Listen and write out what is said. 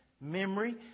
memory